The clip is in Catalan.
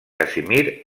casimir